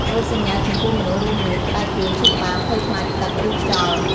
រោគសញ្ញាចំពោះមនុស្សរួមមាន ក្តៅខ្លួន ឈឺក្បាល ភ័យខ្លាចទឹក ឬខ្យល់។